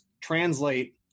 translate